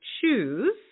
choose